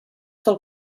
del